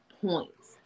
points